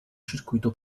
circuito